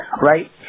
right